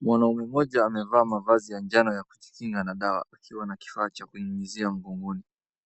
Mwanaume mmoja amevaa mavazi ya jano akijinginga na dawa akiwa na kifaa cha kunyunyizia mgongoni